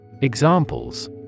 Examples